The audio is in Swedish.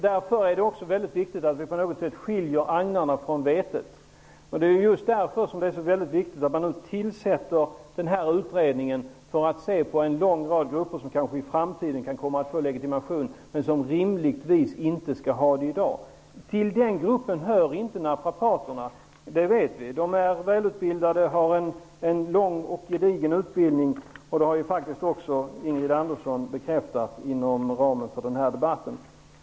Därför är det viktigt att man skiljer agnarna från vetet och att man nu tillsätter denna utredning som skall se på vilka grupper som i framtiden -- och rimligtvis inte i dag -- kanske kommer att få legitimation. Till den gruppen hör inte naprapaterna, det vet vi. De är välutbildade och har en lång och gedigen utbildning, vilket även Ingrid Andersson har bekräftat i den här debatten.